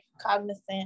cognizant